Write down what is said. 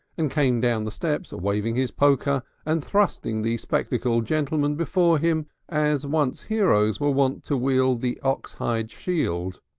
and came down the steps waving his poker and thrusting the spectacled gentleman before him as once heroes were wont to wield the ox-hide shield.